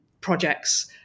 projects